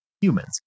humans